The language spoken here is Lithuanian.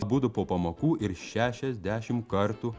abudu po pamokų ir šešiasdešimt kartų